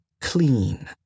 clean